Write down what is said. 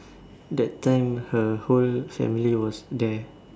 that time her whole family was there